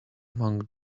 among